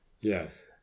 yes